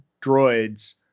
droids